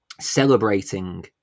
celebrating